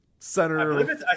Center